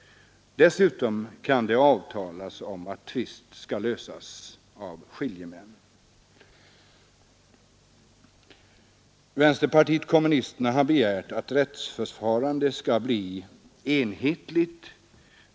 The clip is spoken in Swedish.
Dessutom kan det avtalas om att tvist skall lösas av skiljemän. Vänsterpartiet kommunisterna har begärt att rättsförfarandet skall bli enhetligt.